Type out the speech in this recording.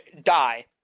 die